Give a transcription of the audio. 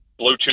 Bluetooth